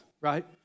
right